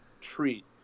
treat